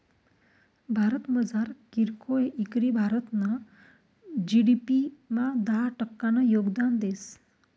भारतमझार कीरकोय इकरी भारतना जी.डी.पी मा दहा टक्कानं योगदान देस